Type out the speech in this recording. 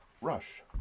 Rush